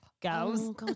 girls